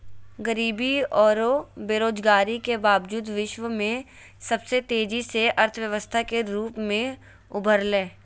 गरीबी औरो बेरोजगारी के बावजूद विश्व में सबसे तेजी से अर्थव्यवस्था के रूप में उभरलय